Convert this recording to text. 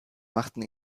machten